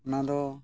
ᱚᱱᱟ ᱫᱚ